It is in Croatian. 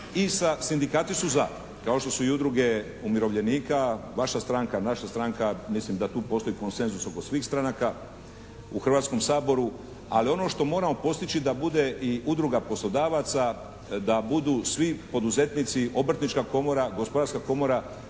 i sa sindikati su za, kao što su i udruge umirovljenika, vaša stranka, naša stranka. Mislim da tu postoji konsenzus oko svih stranaka u Hrvatskom saboru. Ali ono što moramo postići da bude i udruga poslodavaca, da budu svi poduzetnici, Obrtnička komora, Gospodarska komora